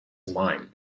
mine